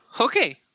Okay